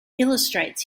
illustrates